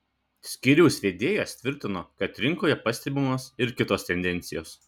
skyriaus vedėjas tvirtino kad rinkoje pastebimos ir kitos tendencijos